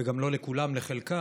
וגם לא לכולם אלא לחלקם,